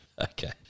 Okay